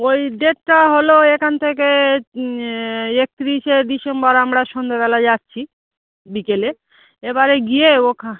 ওই ডেটটা হলো এখান থেকে একত্রিশে ডিসেম্বর আমরা সন্ধ্যেবেলা যাচ্ছি বিকেলে এবারে গিয়ে ওখা